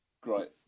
great